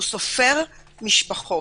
הוא סופר משפחות.